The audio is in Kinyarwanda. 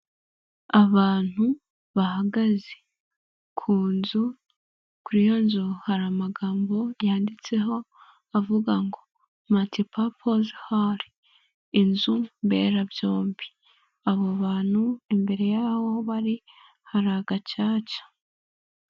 Abantu bahagaze ku nzu kuri yo nzu hari amagambo yanditseho, avuga ngo matipapose hali, inzu mberabyombi abo bantu imbere y'aho bari hari agacaca.